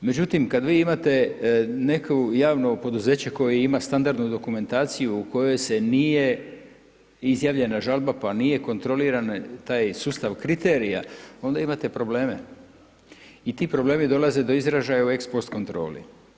Međutim, kad vi imate neko javno poduzeće koje ima standardnu dokumentaciju u kojoj se nije izjavljena žalba, pa nije kontroliran taj sustav kriterija, onda imate probleme i ti problemi dolaze do izražaja u ex post kontroli.